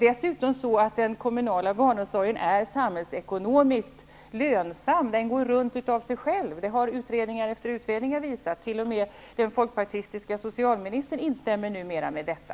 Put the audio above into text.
Dessutom är den kommunala barnomsorgen samhällsekonomiskt lönsam; den går runt av sig själv. Det har utredning efter utredning visat. T.o.m. den folkpartistiske socialministern instämmer numera i detta.